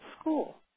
school